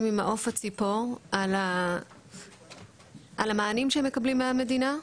ממעוף הציפור על המענים שהם מקבלים מהמדינה,